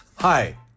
Hi